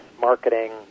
marketing